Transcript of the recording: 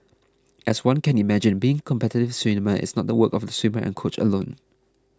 as one can imagine being a competitive swimmer is not the work of the swimmer and coach alone